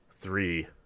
three